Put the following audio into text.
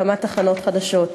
הקמת תחנות חדשות,